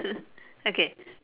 okay